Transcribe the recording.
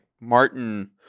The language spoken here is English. martin